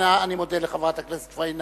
אני מודה לחברת הכנסת פאינה